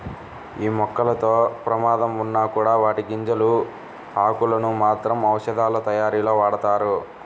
యీ మొక్కలతో ప్రమాదం ఉన్నా కూడా వాటి గింజలు, ఆకులను మాత్రం ఔషధాలతయారీలో వాడతారు